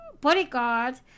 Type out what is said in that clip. bodyguard